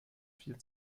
vier